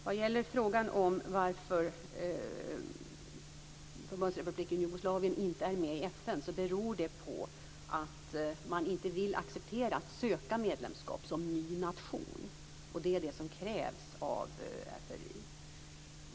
Vad gäller frågan varför Förbundsrepubliken Jugoslavien inte är med i FN vill man inte acceptera att söka medlemskap som ny nation. Det är vad som krävs.